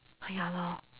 oh ya lor